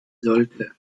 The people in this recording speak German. sollte